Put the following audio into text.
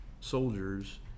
soldiers